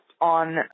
on